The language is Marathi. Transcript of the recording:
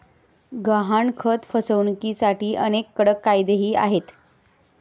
गहाणखत फसवणुकीसाठी अनेक कडक कायदेही आहेत